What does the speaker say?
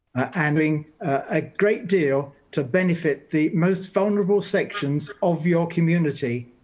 and doing a great deal to benefit the most vulnerable sections of your community.